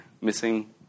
missing